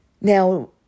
Now